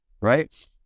right